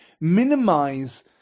minimize